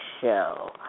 show